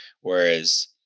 Whereas